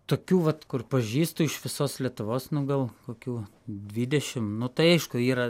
tokių vat kur pažįstu iš visos lietuvos nu gal kokių dvidešim nu tai aišku yra